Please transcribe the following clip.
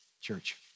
church